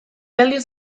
aldiz